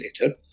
later